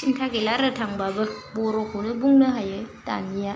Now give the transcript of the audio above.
सिनथा गैला आरो थांबाबो बर'खौनो बुंनो हायो दानिया